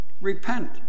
repent